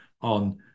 on